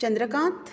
Chandrakant